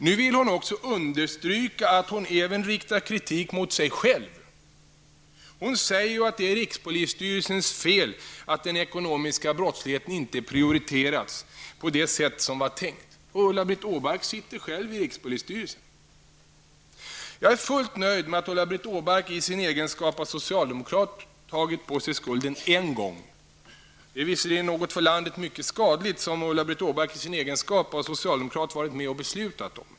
Nu vill hon också understryka att hon även riktar kritik mot sig själv. Hon säger att det är rikspolisstyrelsens fel att den ekonomiska brottsligheten inte har prioriterats på det sätt som var tänkt. Ulla-Britt Åbark sitter själv i rikspolisstyrelsen. Jag är fullt nöjd med att Ulla-Britt Åbark i sin egenskap av socialdemokrat tagit på sig skulden en gång. Det är visserligen något för landet mycket skadligt som Ulla-Britt Åbark i sin egenskap av socialdemokrat varit med att fatta beslut om.